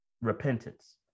repentance